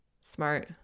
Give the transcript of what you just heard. Smart